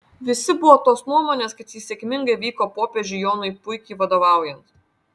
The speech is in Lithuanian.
visi buvo tos nuomonės kad jis sėkmingai vyko popiežiui jonui puikiai vadovaujant